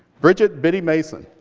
bridget biddy' mason.